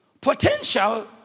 Potential